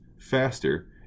faster